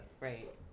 Right